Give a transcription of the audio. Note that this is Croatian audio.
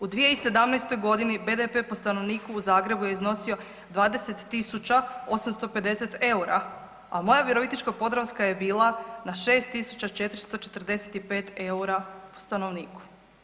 U 2017.g. BDP po stanovniku u Zagrebu je iznosio 20.850 EUR-a, a moja Virovitičko-podravska je bila na 6.445 EUR-a po stanovniku.